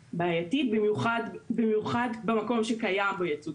במיוחד במקום שקיים בו ייצוג.